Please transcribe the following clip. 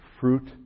fruit